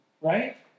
Right